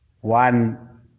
One